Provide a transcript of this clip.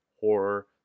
horror